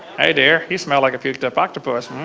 hey dear, you smell like a puked up octopus.